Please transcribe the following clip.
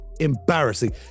embarrassing